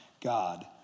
God